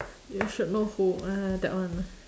you should know who ah that one